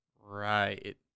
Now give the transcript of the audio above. Right